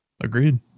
Agreed